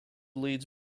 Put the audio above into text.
leads